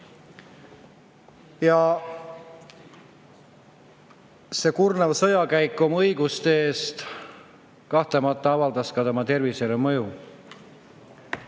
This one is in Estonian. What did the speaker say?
See kurnav sõjakäik oma õiguste eest kahtlemata avaldas ka tema tervisele mõju. Ja